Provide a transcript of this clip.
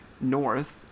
north